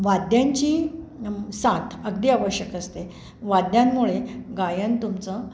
वाद्यांची साथ अगदी आवश्यक असते वाद्यांमुळे गायन तुमचं